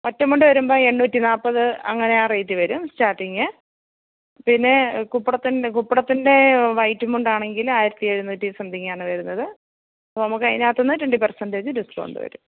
ഒറ്റമുണ്ട് വരുമ്പോള് എണ്ണൂറ്റിനാല്പ്പത് അങ്ങനെ ആ റേയ്റ്റ് വരും സ്റ്റാർട്ടിങ് പിന്നെ കുപ്പടത്തിൻ്റെ കുപ്പടത്തിൻ്റെ വൈറ്റും മുണ്ടാണെങ്കില് ആയിരത്തിഎഴുന്നൂറ്റി സംതിങ്ങാണ് വരുന്നത് അപ്പോള് നമുക്ക് അതിനകത്തുനിന്ന് ട്വൻറ്റി പേർസെൻറ്റേജ് ഡിസ്കൗണ്ട് വരും